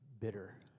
bitter